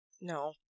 No